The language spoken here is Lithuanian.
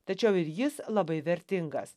tačiau ir jis labai vertingas